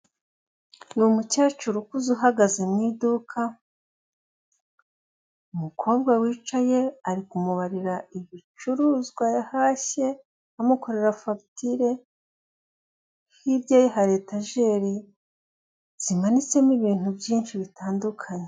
Ni umukecuru ukuze uhagaze mu iduka, umukobwa wicaye ari kumubarira ibicuruzwa yahashye, amukorera fagitire, hirya ye hari etajeri zimanitsemo ibintu byinshi bitandukanye.